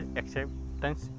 acceptance